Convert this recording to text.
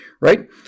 right